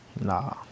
Nah